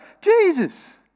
Jesus